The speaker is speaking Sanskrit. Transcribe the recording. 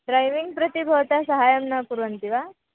ड्रैविङ्ग् प्रति भवता सहायं न कुर्वन्ति वा